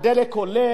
מחיר הדלק עולה,